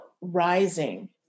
rising